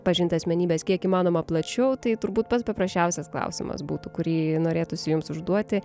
pažint asmenybes kiek įmanoma plačiau tai turbūt pats paprasčiausias klausimas būtų kurį norėtųsi jums užduoti